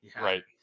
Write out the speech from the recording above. right